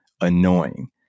annoying